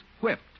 whipped